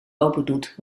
opendoet